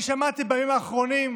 אני שמעתי בימים האחרונים,